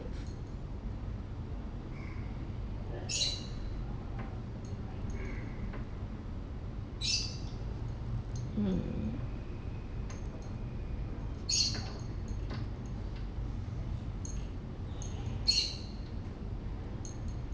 mm